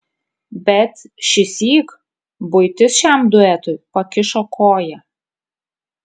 bet šįsyk buitis šiam duetui pakišo koją